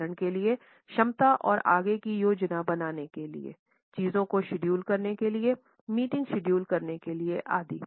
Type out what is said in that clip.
उदाहरण के लिएक्षमता और आगे की योजना बनाने के लिए चीजों को शेड्यूल करने के लिए मीटिंग शेड्यूल करने के लिए आदि